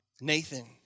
nathan